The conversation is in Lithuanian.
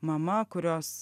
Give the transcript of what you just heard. mama kurios